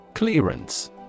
Clearance